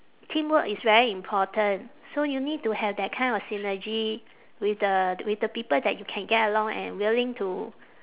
teamwork is very important so you need to have that kind of synergy with the t~ with the people that you can get along and willing to